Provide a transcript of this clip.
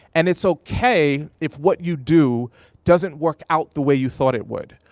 and it's okay if what you do doesn't work out the way you thought it would.